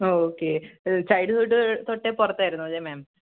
okay childhood തൊട്ടെ പുറത്തായിരുന്നു അല്ലേ മാം